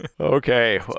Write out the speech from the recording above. okay